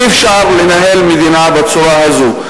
אי-אפשר לנהל מדינה בצורה הזאת.